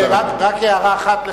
רק הערה אחת לך,